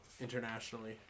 internationally